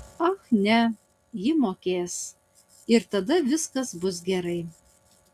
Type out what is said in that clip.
ach ne ji mokės ir tada viskas bus gerai